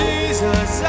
Jesus